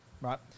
Right